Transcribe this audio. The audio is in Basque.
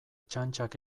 txantxak